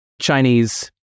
Chinese